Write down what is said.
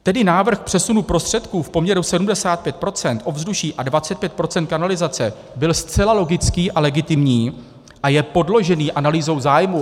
Tedy návrh přesunu prostředků v poměru 75 % ovzduší a 25 % kanalizace byl zcela logický a legitimní a je podložený analýzou zájmů.